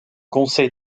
conseil